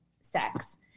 sex